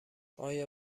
آیا